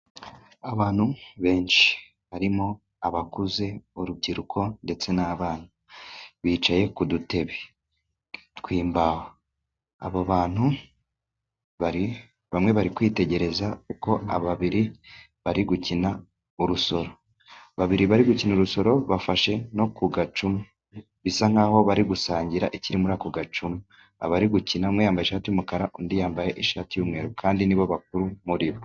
Abantu benshi barimo abakuze, urubyiruko ndetse n'abana, bicaye ku dutebe tw'imbaho. Abo bantu bamwe bari kwitegereza uko aba babiri bari gukina urusoro. Babiri bari gukina urusoro bafashe no ku gacuma, bisa nkaho bari gusangira ikiri muri ako gacuma. Abari gukina, umwe yambaye ishati y'umukara, undi yambaye ishati y'umweru, kandi nibo bakuru muri bo.